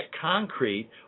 concrete